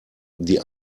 die